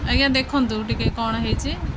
ଆଜ୍ଞା ଦେଖନ୍ତୁ ଟିକେ କ'ଣ ହେଇଛି